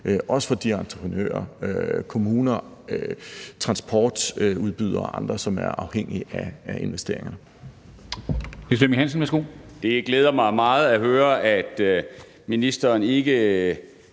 også for de entreprenører, kommuner, transportudbydere og andre, som er afhængige af investeringerne.